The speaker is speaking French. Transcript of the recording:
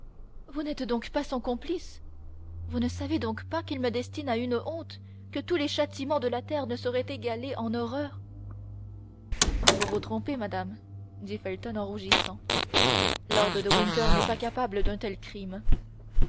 vous n'êtes donc pas son complice vous ne savez donc pas qu'il me destine à une honte que tous les châtiments de la terre ne sauraient égaler en horreur vous vous trompez madame dit felton en rougissant lord de winter n'est pas capable d'un tel crime